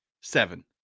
Seven